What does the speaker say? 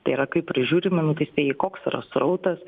tai yra kaip prižiūrimi nuteistieji koks yra srautas